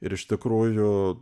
ir iš tikrųjų